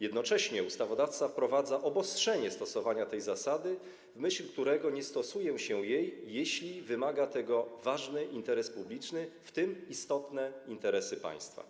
Jednocześnie ustawodawca wprowadza obostrzenie stosowania tej zasady, w myśl którego nie stosuje się jej, jeśli wymaga tego ważny interes publiczny, w tym istotne interesy państwa.